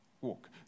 walk